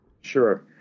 sure